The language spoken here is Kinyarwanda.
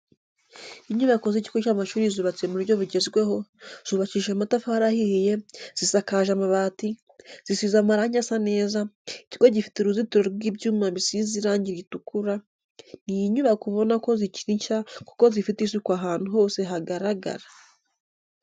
Inyubako z'ikigo cy'amashuri zubatse mu buryo bugezweho, zubakishije amatafari ahiye, zisakaje amabati, zisize amarange asa neza, ikigo gifite uruzitiro rw'ibyuma bisize irangi ritukura. Ni inyubako ubona ko zikiri nshya kuko zifite isuku ahantu hose hagaragara.